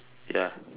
ya